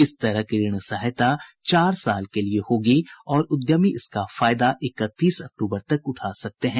इस तरह की ऋण सहायता चार साल के लिए होगी और उद्यमी इसका फायदा इकतीस अक्टूबर तक उठा सकते हैं